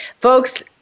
folks